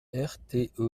rte